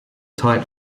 tight